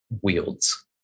wields